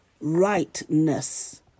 rightness